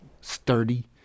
sturdy